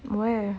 where